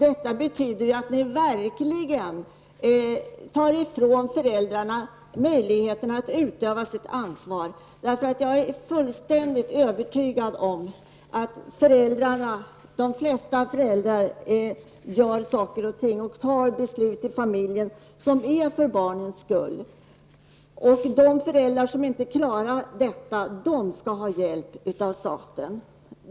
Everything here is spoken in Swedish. Detta betyder att ni verkligen tar ifrån föräldrarna möjligheterna att utöva sitt ansvar. Jag är fullständigt övertygad om att de flesta föräldrar fattar beslut i familjen som är för barnens skull. Det är de föräldrar som inte klarar detta som skall ha hjälp av staten.